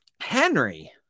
Henry